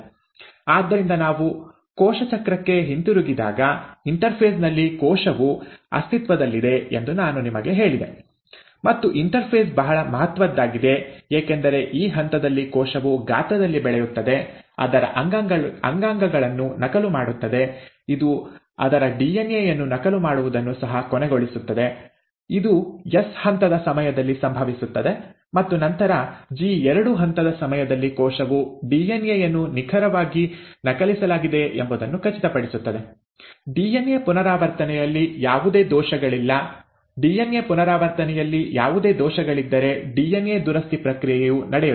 ಆದ್ದರಿಂದ ನಾವು ಕೋಶ ಚಕ್ರಕ್ಕೆ ಹಿಂತಿರುಗಿದಾಗ ಇಂಟರ್ಫೇಸ್ ನಲ್ಲಿ ಕೋಶವು ಅಸ್ತಿತ್ವದಲ್ಲಿದೆ ಎಂದು ನಾನು ನಿಮಗೆ ಹೇಳಿದೆ ಮತ್ತು ಇಂಟರ್ಫೇಸ್ ಬಹಳ ಮಹತ್ವದ್ದಾಗಿದೆ ಏಕೆಂದರೆ ಈ ಹಂತದಲ್ಲಿ ಕೋಶವು ಗಾತ್ರದಲ್ಲಿ ಬೆಳೆಯುತ್ತದೆ ಅದರ ಅಂಗಗಳನ್ನು ನಕಲು ಮಾಡುತ್ತದೆ ಇದು ಅದರ ಡಿಎನ್ಎ ಯನ್ನು ನಕಲು ಮಾಡುವುದನ್ನು ಸಹ ಕೊನೆಗೊಳಿಸುತ್ತದೆ ಇದು ಎಸ್ ಹಂತದ ಸಮಯದಲ್ಲಿ ಸಂಭವಿಸುತ್ತದೆ ಮತ್ತು ನಂತರ ಜಿ2 ಹಂತದ ಸಮಯದಲ್ಲಿ ಕೋಶವು ಡಿಎನ್ಎ ಯನ್ನು ನಿಖರವಾಗಿ ನಕಲಿಸಲಾಗಿದೆ ಎಂಬುದನ್ನು ಖಚಿತಪಡಿಸುತ್ತದೆ ಡಿಎನ್ಎ ಪುನರಾವರ್ತನೆಯಲ್ಲಿ ಯಾವುದೇ ದೋಷಗಳಿಲ್ಲ ಡಿಎನ್ಎ ಪುನರಾವರ್ತನೆಯಲ್ಲಿ ಯಾವುದೇ ದೋಷಗಳಿದ್ದರೆ ಡಿಎನ್ಎ ದುರಸ್ತಿ ಪ್ರಕ್ರಿಯೆಯು ನಡೆಯುತ್ತದೆ